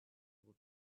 able